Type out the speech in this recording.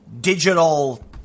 digital